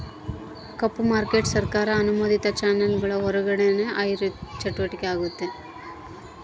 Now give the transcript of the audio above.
ಕಪ್ಪು market ಸರ್ಕಾರ ಅನುಮೋದಿತ ಚಾನೆಲ್ಗುಳ್ ಹೊರುಗ ನಡೇ ಆಋಥಿಕ ಚಟುವಟಿಕೆ ಆಗೆತೆ